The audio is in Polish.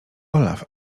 olaf